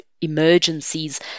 emergencies